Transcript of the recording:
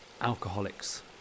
alcoholics